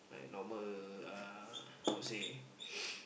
like normal uh how to say